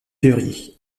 février